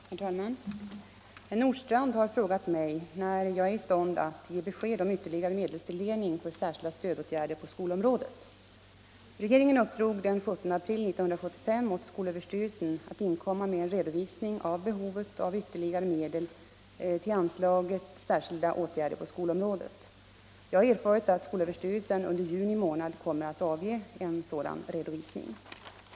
Herr talman! Herr Nordstrandh har frågat mig när jag är i stånd att ge besked om ytterligare medelstilldelning för särskilda stödåtgärder på skolområdet. Regeringen uppdrog den 17 april 1975 åt skolöverstyrelsen att inkomma med en redovisning av behovet av ytterligare medel till anslaget särskilda åtgärder på skolområdet. Jag har erfarit att skolöverstyrelsen under juni månad kommer att avge en sådan redovisning.